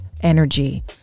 energy